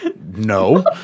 No